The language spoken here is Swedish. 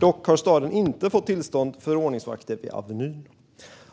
Dock har staden inte fått tillstånd för ordningsvakter vid Avenyn.